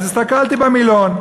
אז הסתכלתי במילון.